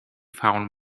found